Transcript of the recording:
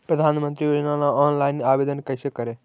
प्रधानमंत्री योजना ला ऑनलाइन आवेदन कैसे करे?